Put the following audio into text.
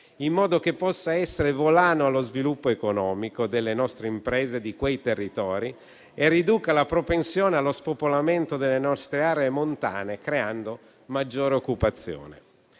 in modo che possa costituire un volano allo sviluppo economico delle nostre imprese di quei territori e ridurre la propensione allo spopolamento delle nostre aree montane, creando maggiore occupazione.